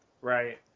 right